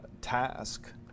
task